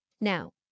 Now